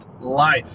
Life